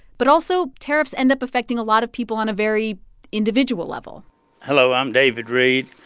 but also, tariffs end up affecting a lot of people on a very individual level hello. i'm david reed.